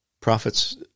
Prophets